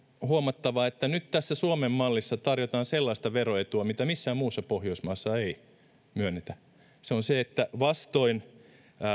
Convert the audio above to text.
huomattava että nyt tässä suomen mallissa tarjotaan sellaista veroetua mitä missään muussa pohjoismaassa ei myönnetä se on se että vastoin